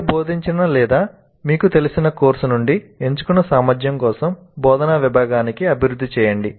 మీరు బోధించిన లేదా మీకు తెలిసిన కోర్సు నుండి ఎంచుకున్న సామర్థ్యం కోసం బోధనా విభాగాన్ని అభివృద్ధి చేయండి